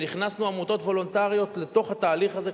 והכנסנו עמותות וולונטריות לתוך התהליך הזה,